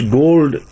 gold